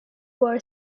were